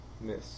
Miss